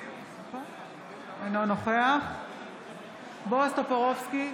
אינו נוכח בועז טופורובסקי,